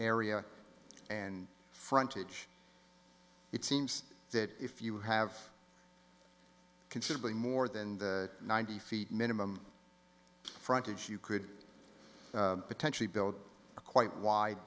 area and frontage it seems that if you have considerably more than ninety feet minimum frontage you could potentially build a quite wide